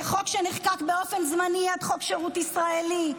זה חוק שנחקק באופן זמני עד חוק שירות ישראלי,